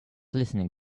listening